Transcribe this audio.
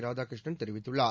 ராதாகிருஷ்ணன் தெரிவித்துள்ளார்